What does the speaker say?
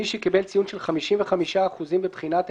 מי שקיבל ציון של 55 אחוזים בבחינת ההתמחות,